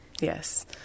Yes